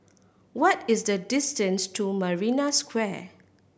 what is the distance to Marina Square